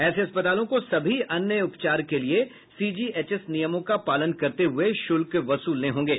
ऐसे अस्पतालों को सभी अन्य उपचार के लिए सीजीएचएस नियमों का पालन करते हुए शुल्क वसूलने होंगे